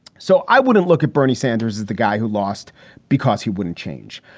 so i wouldn't look at bernie sanders as the guy who lost because he wouldn't change.